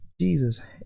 Jesus